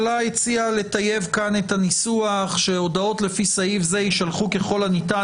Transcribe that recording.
הניסוח כאן שהודעות לפי סעיף זה יישלחו ככול הניתן